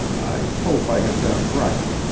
i hope i have done right.